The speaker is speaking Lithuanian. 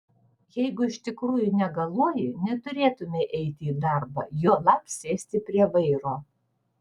jeigu iš tikrųjų negaluoji neturėtumei eiti į darbą juolab sėsti prie vairo